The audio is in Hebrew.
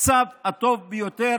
למצב הטוב ביותר